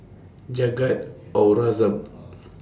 Jagat Aurangzeb